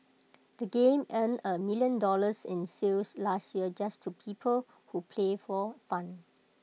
the game earned A million dollars in sales last year just to people who play for fun